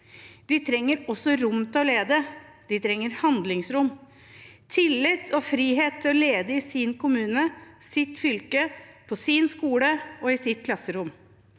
De trenger også rom til å lede. De trenger handlingsrom, tillit og frihet til å lede i sin kommune, i sitt fylke, på sin skole og i sitt klasserom.